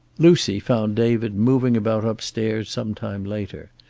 lucy found david moving about upstairs some time later,